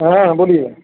हाँ बोलिए